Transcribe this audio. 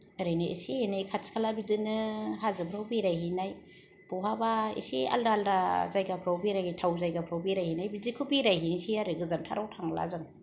ओरैनो इसे एनै खाथि खाला बिदिनो हाजोफ्राव बेरायहैनाय बहाबा इसे आलादा आलादा जायगाफोराव बेरायथाव जायगाफोराव बेरायहैनाय बिदिखौ बेरायहैनोसै आरो गोजानथाराव थांला जों